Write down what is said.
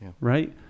right